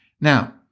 Now